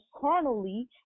carnally